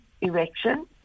erection